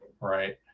Right